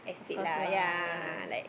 of course lah right